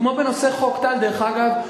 כמו בנושא חוק טל, דרך אגב.